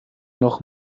noch